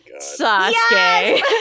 Sasuke